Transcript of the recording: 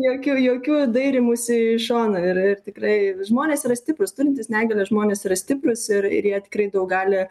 jokių jokių dairymųsi į šoną ir ir tikrai žmonės yra stiprūs turintys negalią žmonės yra stiprūs ir ir jie tikrai daug gali